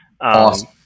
Awesome